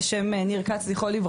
על שם ניר כץ ז"ל,